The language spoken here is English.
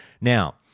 Now